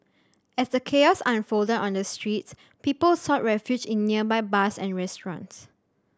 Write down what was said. as the chaos unfolded on the streets people sought refuge in nearby bars and restaurants